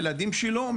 הילדים שלו,